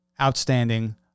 outstanding